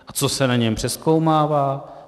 A co se na něm přezkoumává?